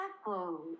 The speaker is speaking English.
apple